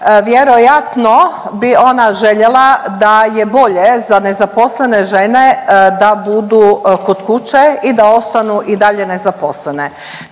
Vjerojatno bi ona željela da je bolje za nezaposlene žene da budu kod kuće i da ostanu i dalje nezaposlene.